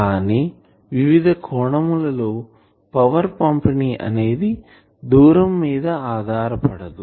కానీ వివిధ కోణముల లో పవర్ పంపిణి అనేది దూరం మీద ఆధారపడదు